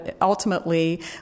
ultimately